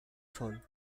sol